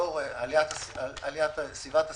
לאור עליית סביבת הסיכון,